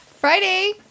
Friday